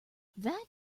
that